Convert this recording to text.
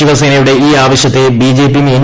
ശിവസേനയുടെ ഈ ആവശ്യ്ത്തെ ബിജെപിയും എൻ